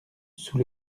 sous